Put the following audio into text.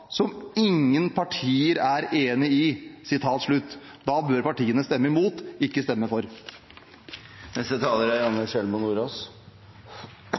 som ingen partier er enige i». Da bør partiene stemme imot, ikke stemme for.